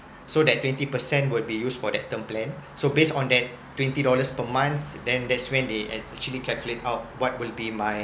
so that twenty percent would be used for that term plan so based on that twenty dollars per month then that's when they ac~ actually calculate out what will be my